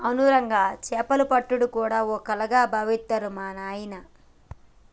అవును రంగా సేపలు పట్టుడు గూడా ఓ కళగా బావిత్తరు మా నాయిన